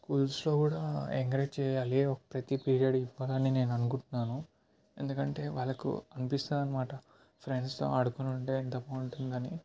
స్కూల్స్లో కూడా ఎంకరేజ్ చేయాలి ఒక ప్రతి పిరియడ్ ఇవ్వాలి అని నేను అనుకుంటున్నాను ఎందుకంటే వాళ్లకు అనిపిస్తుందనమాట ఫ్రెండ్స్తో ఆడుకొని ఉంటే ఎంత బాగుంటుందని